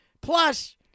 Plus